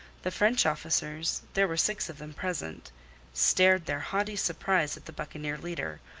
the french officers there were six of them present stared their haughty surprise at the buccaneer leader,